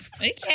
Okay